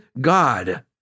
God